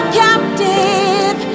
captive